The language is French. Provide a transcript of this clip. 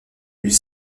huit